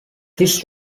this